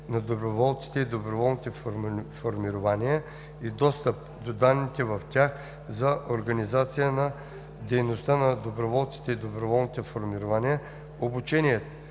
на доброволците и доброволните формирования и достъп до данните в тях, за организацията на дейността на доброволците и доброволните формирования, обучението